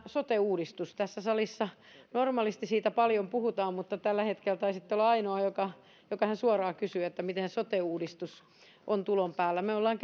sote uudistuksesta tässä salissa normaalisti siitä paljon puhutaan mutta tällä hetkellä taisitte olla ainoa joka joka ihan suoraan kysyi miten sote uudistus on tulon päällä me olemme